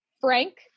Frank